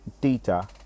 data